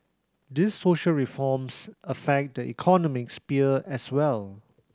these social reforms affect the economic sphere as well